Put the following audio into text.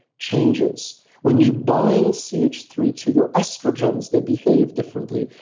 changes when you bind c h three to your estrogens, they behave differently.